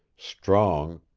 strong,